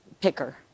picker